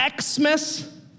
Xmas